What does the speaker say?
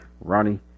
Ronnie